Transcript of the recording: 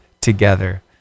together